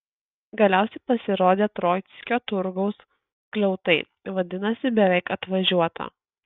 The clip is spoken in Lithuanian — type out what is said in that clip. galiausiai pasirodė troickio turgaus skliautai vadinasi beveik atvažiuota